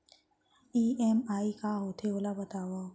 EMI का होथे, ओला बतावव